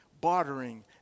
bartering